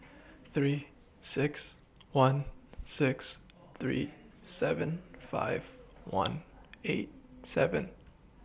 three six one six three seven five one eight seven